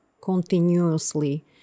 continuously